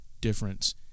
difference